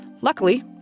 Luckily